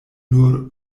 nur